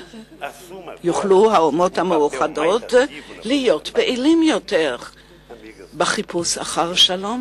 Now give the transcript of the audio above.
יוכלו האומות המאוחדות להיות פעילות יותר בחיפוש אחר שלום.